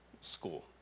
school